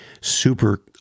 super